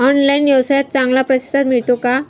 Online व्यवसायात चांगला प्रतिसाद मिळतो का?